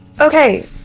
Okay